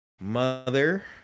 mother